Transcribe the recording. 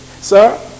sir